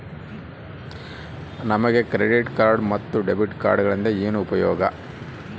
ನಮಗೆ credit card ಮತ್ತು debit ಕಾರ್ಡುಗಳಿಂದ ಏನು ಉಪಯೋಗ?